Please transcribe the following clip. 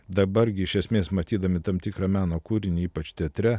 dabar gi iš esmės matydami tam tikrą meno kūrinį ypač teatre